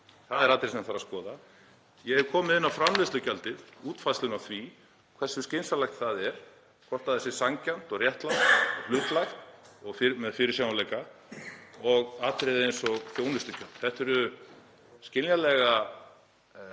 Það er atriði sem þarf að skoða. Ég hef komið inn á framleiðslugjaldið, útfærsluna á því, hversu skynsamlegt það er, hvort það sé sanngjarnt og réttlátt og hlutlægt og með fyrirsjáanleika, og atriði eins og þjónustugjöld. Þetta eru skiljanlega